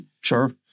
Sure